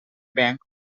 bank